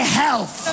health